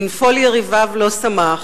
בנפול יריביו לא שמח,